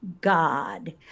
God